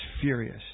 furious